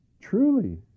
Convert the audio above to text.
truly